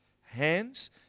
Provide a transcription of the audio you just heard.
hands